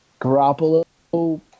Garoppolo